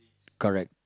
correct